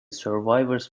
survivors